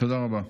תודה רבה.